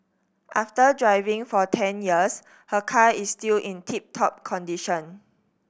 after driving for ten years her car is still in tip top condition